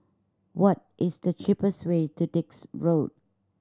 what is the cheapest way to Dix Road